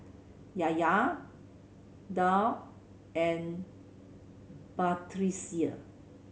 Yahya Daud and Batrisya